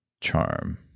charm